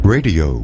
Radio